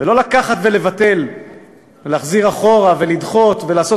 ולא לקחת ולבטל ולהחזיר אחורה ולדחות ולעשות